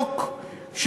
בגב?